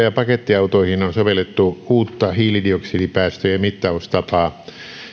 ja pakettiautoihin on sovellettu uutta hiilidioksidipäästöjen mittaustapaa